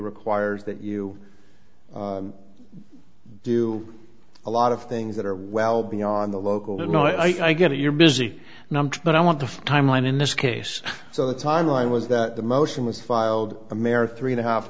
requires that you do a lot of things that are well beyond the local did not i get your busy number but i want the timeline in this case so the timeline was that the motion was filed america three and a half